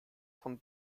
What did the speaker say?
von